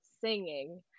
singing